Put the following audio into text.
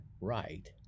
right